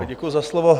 Děkuji za slovo.